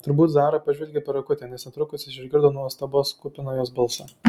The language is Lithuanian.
turbūt zara pažvelgė per akutę nes netrukus jis išgirdo nuostabos kupiną jos balsą